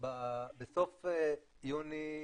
בסוף יולי